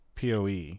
Poe